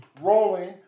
rolling